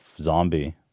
zombie